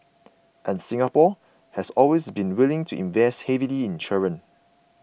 and Singapore has always been willing to invest heavily in children